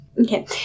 Okay